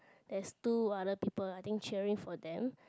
there's two other people I think cheering for them